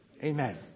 Amen